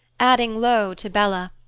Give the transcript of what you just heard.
adding low to bella,